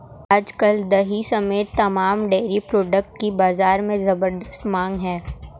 आज कल दही समेत तमाम डेरी प्रोडक्ट की बाजार में ज़बरदस्त मांग है